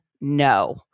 no